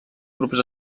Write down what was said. grups